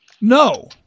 no